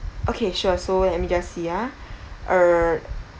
okay sure so let me just see ah uh